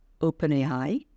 OpenAI